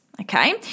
Okay